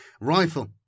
rifle